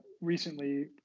recently